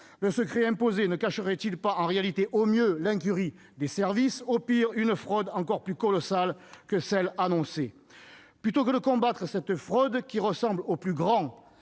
Le secret imposé ne dissimulerait-il pas en réalité, au mieux l'incurie des services, au pire une fraude encore plus colossale que celle qui est annoncée ? Plutôt que de combattre cette fraude, qui ressemble au plus grand